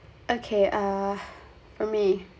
okay ah for me